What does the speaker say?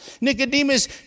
Nicodemus